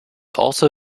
also